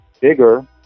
bigger